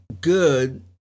good